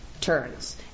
turns